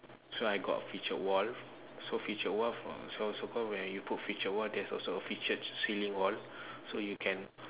so I got feature wall so feature wall from so so called where you put feature wall there is also a feature cei~ ceiling wall so you can